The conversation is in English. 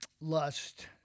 lust